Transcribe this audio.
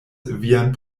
vian